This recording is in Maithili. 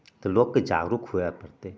तऽ लोकके जागरुक हुए पड़तै